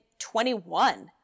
21